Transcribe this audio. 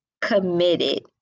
committed